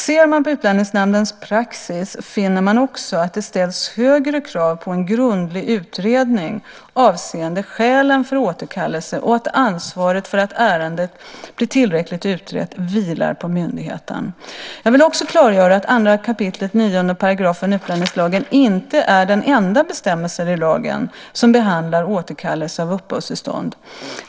Ser man på Utlänningsnämndens praxis finner man också att det ställs högre krav på en grundlig utredning avseende skälen för återkallelse och att ansvaret för att ärendet blir tillräckligt utrett vilar på myndigheten. Jag vill också klargöra att 2 kap. 9 § utlänningslagen inte är den enda bestämmelsen i lagen som behandlar återkallelse av uppehållstillstånd.